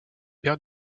père